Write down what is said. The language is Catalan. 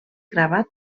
gravat